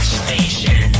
station